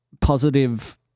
positive